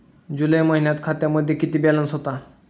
जुलै महिन्यात खात्यामध्ये किती बॅलन्स होता?